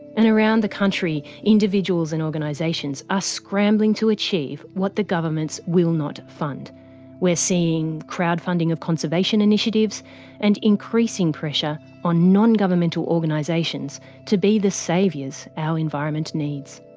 and around the country, individuals and organisations are scrambling to achieve what the governments will not fund we're seeing crowdfunding of conservation initiatives and increasing pressure on non-governmental organisations to be the saviours our environment needs.